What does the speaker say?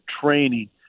training